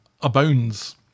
abounds